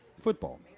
Football